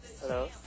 Hello